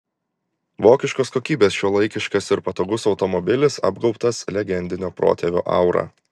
vokiškos kokybės šiuolaikiškas ir patogus automobilis apgaubtas legendinio protėvio aura